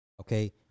Okay